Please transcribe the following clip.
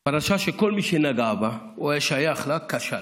היא פרשה שכל מי שנגע בה או היה שייך לה כשל.